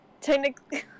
Technically